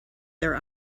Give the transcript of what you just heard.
their